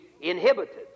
inhibited